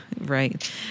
right